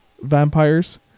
vampires